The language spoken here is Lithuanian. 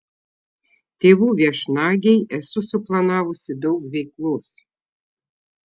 tėvų viešnagei esu suplanavusi daug veiklos